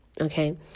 okay